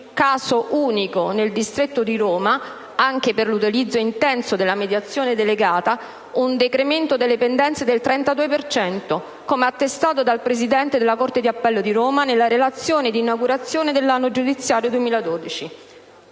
caso unico nel distretto di Roma, anche per l'utilizzo intenso della mediazione delegata - un decremento delle pendenze del 32 per cento, come attestato dal presidente della corte d'appello di Roma nella relazione di inaugurazione dell'anno giudiziario 2012.